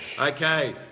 Okay